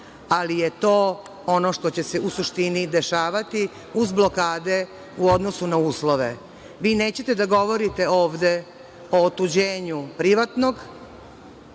ali je to ono što će se u suštini dešavati uz blokade u odnosu na uslove. Vi nećete da govorite ovde o otuđenju privatnog,